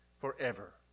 forever